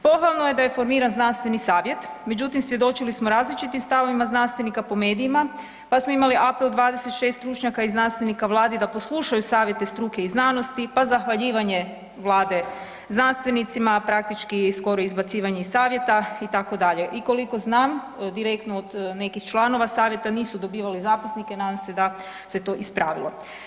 Pohvalno je da je formiran Znanstveni savjet, međutim svjedočili smo različitim stavovima znanstvenika po medijima pa smo imali apel 26 stručnjaka i znanstvenika Vladi da poslušaju savjete struke i znanosti, pa zahvaljivanje Vlade znanstvenicima, praktički skoro izbacivanje iz savjeta itd. i koliko znam, direktno od nekih članova Savjeta nisu dobivali zapisnike, nadam se da se to ispravilo.